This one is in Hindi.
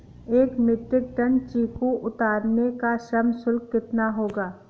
एक मीट्रिक टन चीकू उतारने का श्रम शुल्क कितना होगा?